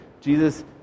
Jesus